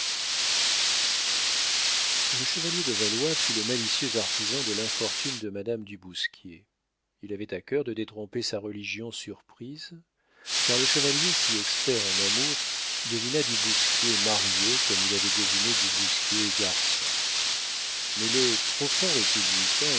le chevalier de valois fut le malicieux artisan de l'infortune de madame du bousquier il avait à cœur de détromper sa religion surprise car le chevalier si expert en amour devina du bousquier marié comme il avait deviné du bousquier garçon mais le profond républicain